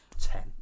Ten